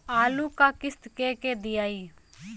Loan क किस्त के के दियाई?